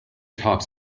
talks